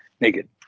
naked